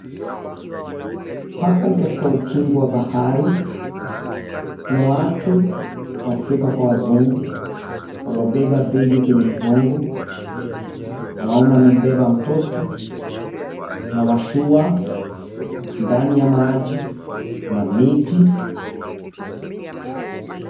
Hapa ni katika ukingo wa bahari, kuna watu, waafrika kwa wazungu waliobeba begi kwenye migongo, mwanamme amebeba mtoto na washua, kuna mtu ndani ya maji, kuna miti.